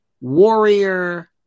warrior